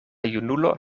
junulo